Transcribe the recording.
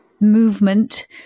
movement